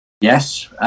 Yes